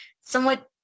somewhat